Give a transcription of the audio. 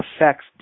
affects